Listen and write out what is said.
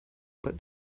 but